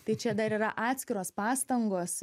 tai čia dar yra atskiros pastangos